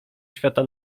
świata